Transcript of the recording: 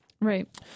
Right